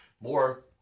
More